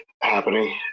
happening